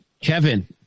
Kevin